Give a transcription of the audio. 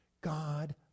God